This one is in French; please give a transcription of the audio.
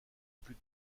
plus